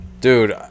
dude